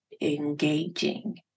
engaging